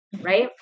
right